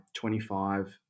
25